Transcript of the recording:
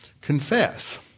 confess